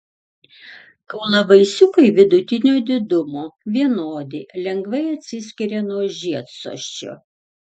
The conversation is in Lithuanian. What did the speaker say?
kaulavaisiukai vidutinio didumo vienodi lengvai atsiskiria nuo žiedsosčio